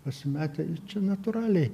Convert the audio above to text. pasimetę ir čia natūraliai